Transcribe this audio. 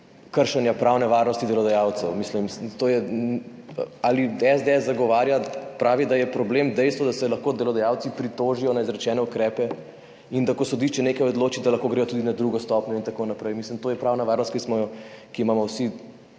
kršenja pravne varnosti delodajalcev. SDS zagovarja, pravi, da je problem dejstvo, da se lahko delodajalci pritožijo na izrečene ukrepe in da ko sodišče nekaj odloči, da lahko gredo tudi na drugo stopnjo in tako naprej. Mislim, da je to pravna varnost, ki jo imamo vsi